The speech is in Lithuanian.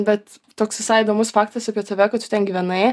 bet toks visai įdomus faktas apie save kad tu ten gyvenai